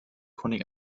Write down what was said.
chronik